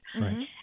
Right